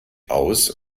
aus